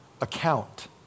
account